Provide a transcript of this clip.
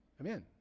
Amen